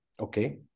Okay